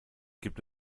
gibt